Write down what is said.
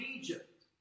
Egypt